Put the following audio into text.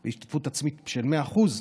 בהשתתפות עצמית של 100%?